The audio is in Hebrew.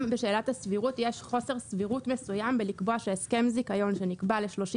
יש חוסר סבירות מסוים לקבוע שהסכם זיכיון שנקבע ל-30